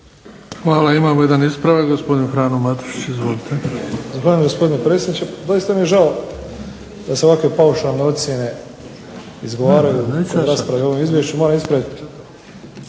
Hvala. Imamo jedan ispravak. Gospodin Frano Matušić, izvolite. **Matušić, Frano (HDZ)** Zahvaljujem gospodine predsjedniče. Doista mi je žao da se ovakve paušalne ocjene izgovaraju kod rasprave o ovom izvješću. Moram ispraviti